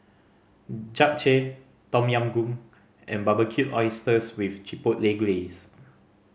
Japchae Tom Yam Goong and Barbecued Oysters with Chipotle Glaze